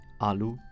Alu